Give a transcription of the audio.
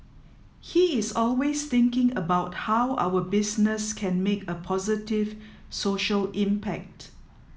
he is always thinking about how our business can make a positive social impact